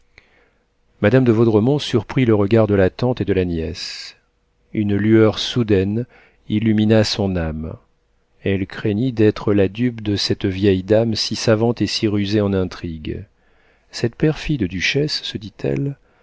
madame de vaudremont surprit le regard de la tante et de la nièce une lueur soudaine illumina son âme elle craignit d'être la dupe de cette vieille dame si savante et si rusée en intrigue cette perfide duchesse se dit-elle